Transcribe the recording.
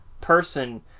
person